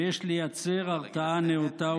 ויש לייצר הרתעה נאותה,